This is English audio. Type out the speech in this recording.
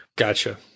Gotcha